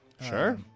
Sure